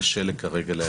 קשה לי כרגע להגיד.